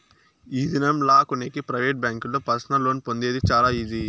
ఈ దినం లా కొనేకి ప్రైవేట్ బ్యాంకుల్లో పర్సనల్ లోన్ పొందేది చాలా ఈజీ